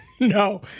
No